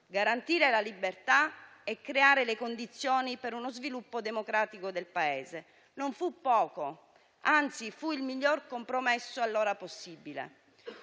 garantire la libertà e creare le condizioni per uno sviluppo democratico del Paese. Non fu poco, anzi fu il miglior compromesso allora possibile.